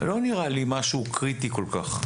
לא נראה לי משהו קריטי כל כך.